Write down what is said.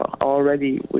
already